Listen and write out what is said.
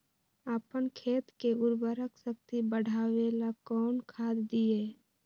अपन खेत के उर्वरक शक्ति बढावेला कौन खाद दीये?